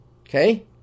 okay